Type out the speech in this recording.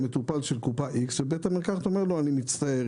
מטופל של קופה X ובית המרקחת אומר לו: אני מצטער,